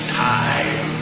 time